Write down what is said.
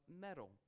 metal